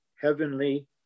heavenly